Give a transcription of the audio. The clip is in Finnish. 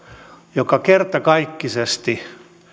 joka kertakaikkisesti